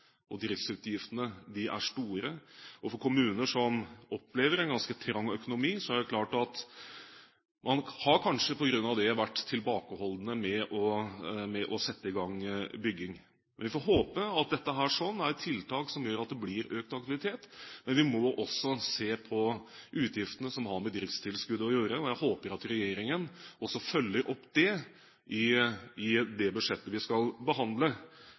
og driftsutgiftene er store. For kommuner som opplever en ganske trang økonomi, er det klart at man på grunn av det kanskje har vært tilbakeholdne med å sette i gang bygging. Vi får håpe at dette er tiltak som gjør at det blir økt aktivitet, men vi må også se på utgiftene som har med driftstilskuddet å gjøre. Jeg håper at regjeringen følger opp det i det budsjettet vi skal behandle